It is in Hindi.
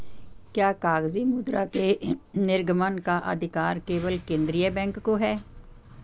क्या कागजी मुद्रा के निर्गमन का अधिकार केवल केंद्रीय बैंक को है?